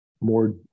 more